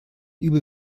übel